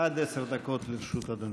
עד עשר דקות לרשות אדוני.